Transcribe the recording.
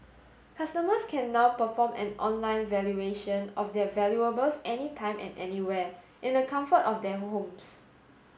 customers can now perform an online valuation of their valuables any time and anywhere in the comfort of their homes